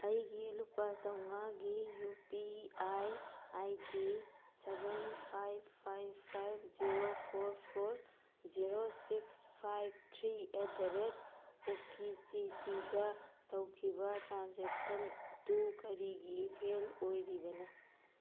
ꯑꯩꯒꯤ ꯂꯨꯄꯥ ꯆꯥꯝꯃꯉꯥꯒꯤ U P I I D seven five five five zero four four zero six five three eight ꯗ ꯔꯦꯠ ꯑꯣ ꯀꯦ ꯆꯤ ꯆꯤꯗ ꯇꯧꯈꯤꯕ ꯇ꯭ꯔꯥꯟꯁꯦꯛꯁꯟꯗꯨ ꯀꯔꯤꯒꯤ ꯐꯦꯜ ꯑꯣꯏꯔꯤꯕꯅꯣ